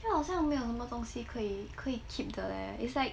then 好像没有什么东西可以可以 keep 的 leh it's like